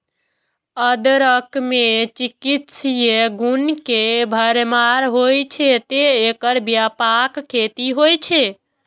अदरक मे चिकित्सीय गुण के भरमार होइ छै, तें एकर व्यापक खेती होइ छै